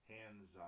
Hands